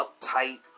uptight